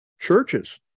churches